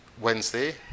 Wednesday